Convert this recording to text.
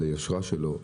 על היושרה שלו,